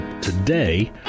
today